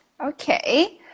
Okay